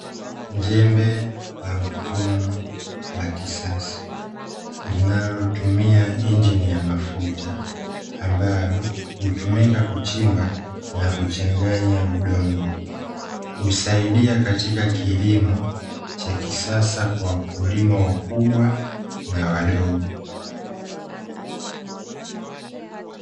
Jembe la mkono la kisasa linalotumia injini ya mafuta ambalo hutumika kuchimba na kuchanganya udongo, husaidia katika kilimo cha kisasa kwa wakulima wakubwa na wadogo.